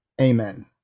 Amen